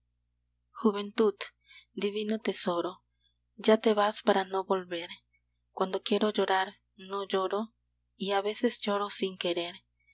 juventud divino tesoro ya te vas para no volver cuando quiero llorar no lloro y a veces lloro sin querer